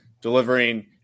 delivering